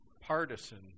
partisan